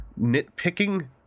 nitpicking